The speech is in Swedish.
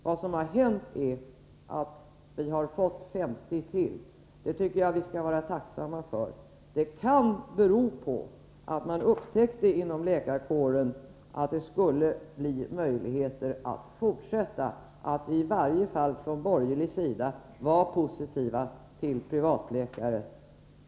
Vad som har hänt är att vi har fått ytterligare 50 privatläkare, och det tycker jag att vi skall vara tacksamma för. Detta kan bero på att man inom läkarkåren upptäckte att det skulle finnas en möjlighet att fortsätta, att det i varje fall från de borgerliga partiernas sida fanns en positiv inställning till privatläkare.